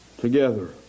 together